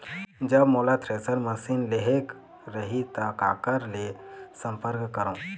जब मोला thresher machine लेहेक रही ता काकर ले संपर्क करों?